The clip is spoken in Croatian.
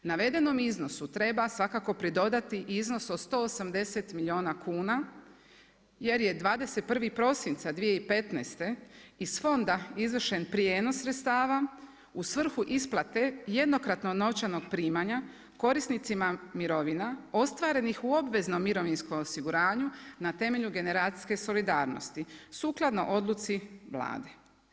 Navedenom iznosu treba svakako pridodati i iznos od 180 milijuna kuna, jer je 21. prosinca 2015. iz fonda izvršen prijevoz sredstava u svrhu isplate jednokratnog novčanog primanja korisnicima mirovina ostvarenih u obveznom mirovinskom osiguranju na temelju generacijske solidarnosti, sukladno odluci Vlade.